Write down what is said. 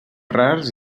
rars